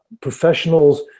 professionals